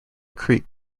creek